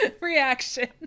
reaction